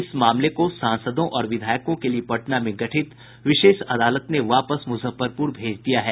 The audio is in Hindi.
इस मामले को सांसदों और विधायकों के लिए पटना में गठित विशेष अदालत ने वापस मुजफ्फरपुर भेज दिया है